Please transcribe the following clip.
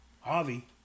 harvey